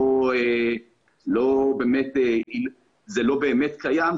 זה לא באמת קיים,